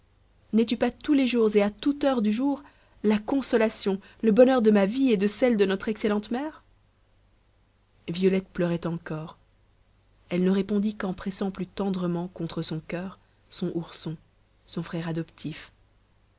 n'es-tu pas tous les jours et à toute heure du jour la consolation le bonheur de ma vie et de celle de notre excellente mère violette pleurait encore elle ne répondit qu'en pressant plus tendrement contre son coeur son ourson son frère adoptif